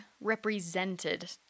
represented